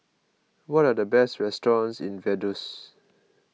what are the best restaurants in Vaduz